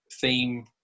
theme